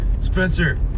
Spencer